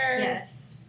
Yes